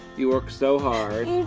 you work so hard